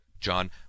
John